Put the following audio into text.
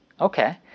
okay